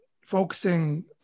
focusing